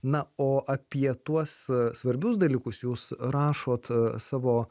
na o apie tuos svarbius dalykus jūs rašot savo